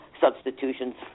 substitutions